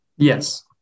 Yes